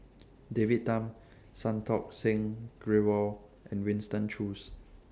David Tham Santokh Singh Grewal and Winston Choos